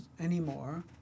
anymore